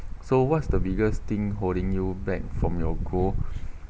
so what's the biggest thing holding you back from your goal